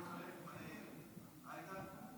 אני יכול להתחלף עם עאידה?